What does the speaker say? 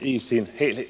i dess helhet.